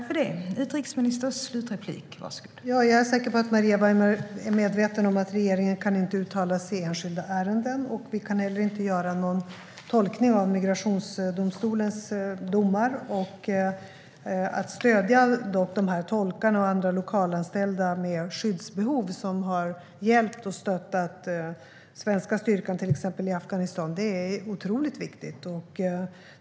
Fru talman! Jag är säker på att Maria Weimer är medveten om att regeringen inte kan uttala sig i enskilda ärenden. Vi kan heller inte göra någon tolkning av Migrationsdomstolens domar. Det är otroligt viktigt att stödja dessa tolkar och andra lokalanställda med skyddsbehov, som har hjälpt och stöttat exempelvis den svenska styrkan i Afghanistan.